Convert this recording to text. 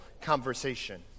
conversation